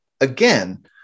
again